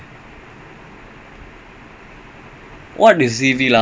I quite lazy also but need to do it